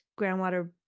groundwater